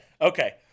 okay